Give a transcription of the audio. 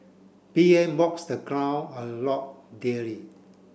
P M walks the ground a lot daily